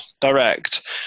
direct